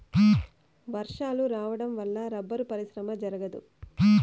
వర్షాలు రావడం వల్ల రబ్బరు పరిశ్రమ జరగదు